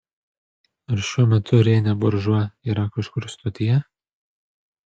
ar šiuo metu renė buržua yra kažkur stotyje